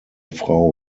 frau